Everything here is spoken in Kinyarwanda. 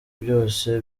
byose